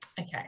Okay